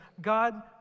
God